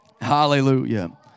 Hallelujah